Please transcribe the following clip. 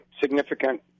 significant